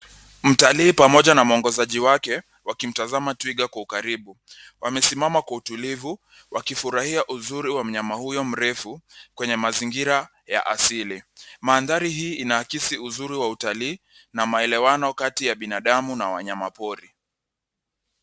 Mtali pamoja na mwongozaji wake wakimtazama twiga kwa ukaribu. Wamesimama kwa utulivu wakifurahia uzuri wa mnyama huyo mrefu kwenye mazingira ya asili. Mandhari hii inaakisi uzuri wa utali na maelewano kati ya binadamu na wanyama pori.